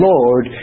Lord